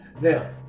Now